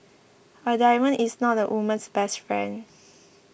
a diamond is not a woman's best friend